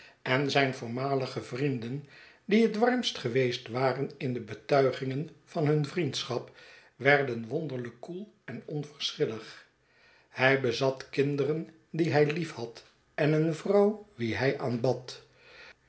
en zijn voormalige vrienden die het warmst geweest waren in de betuigingen van hun vriendschap werden wonderlijk koel en onverschillig hij bezat kinderen die hij lief had en een vrouw wie hij aanbad